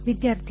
ವಿದ್ಯಾರ್ಥಿ